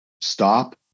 stop